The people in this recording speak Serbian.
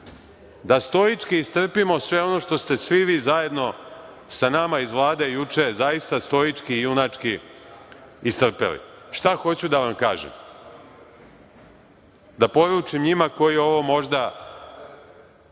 da stoički istrpimo sve ono što ste svi vi zajedno sa nama iz Vlade juče zaista stoički i junački istrpeli. Šta hoću da vam kažem? Da poručim njima, koji ovo možda